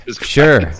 Sure